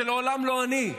זה לעולם לא "אני".